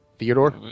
Theodore